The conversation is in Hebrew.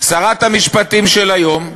שרת המשפטים של היום,